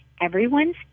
everyone's